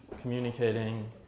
communicating